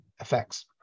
effects